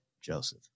Joseph